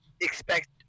expect